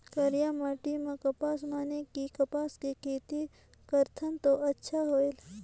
करिया माटी म कपसा माने कि कपास के खेती करथन तो अच्छा होयल?